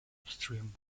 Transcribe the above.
upstream